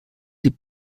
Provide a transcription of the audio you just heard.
die